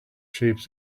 shapes